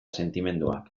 sentimenduak